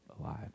alive